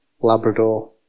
Labrador